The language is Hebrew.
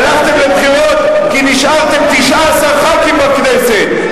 הלכתם לבחירות כי נשארתם 19 ח"כים בכנסת.